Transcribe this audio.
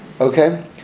Okay